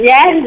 Yes